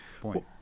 point